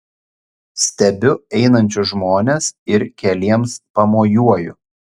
stebiu einančius žmones ir keliems pamojuoju